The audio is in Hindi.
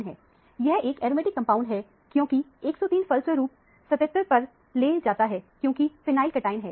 यह एक एरोमेटिक कंपाउंड है क्योंकि 103 फलस्वरूप 77 पर ले जाता है जोकि फिनाइल कटआयन है